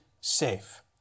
safe